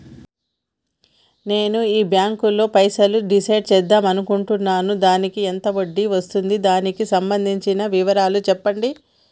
నేను ఈ బ్యాంకులో పైసలు డిసైడ్ చేద్దాం అనుకుంటున్నాను దానికి ఎంత వడ్డీ వస్తుంది దానికి సంబంధించిన వివరాలు చెప్పండి?